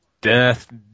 Death